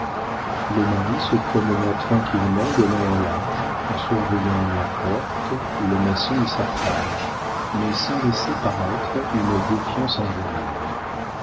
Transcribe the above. le mari se promena tranquillement de long en large en surveillant la porte le maçon et sa femme mais sans laisser paraître une défiance injurieuse